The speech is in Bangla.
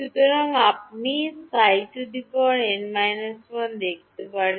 সুতরাং আপনি Ψ n−1 দেখতে পারেন